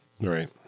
Right